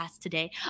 today